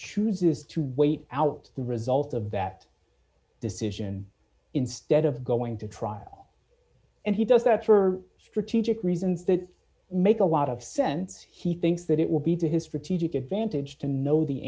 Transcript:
chooses to wait out the result of that decision instead of going to trial and he does that for strategic reasons that make a lot of sense he thinks that it will be to his for t g good vantage to know the